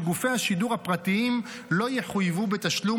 שגופי השידור הפרטיים לא יחויבו בתשלום